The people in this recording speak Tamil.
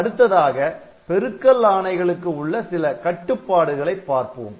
அடுத்ததாக பெருக்கல் ஆணைகளுக்கு உள்ள சில கட்டுப்பாடுகளை பார்ப்போம்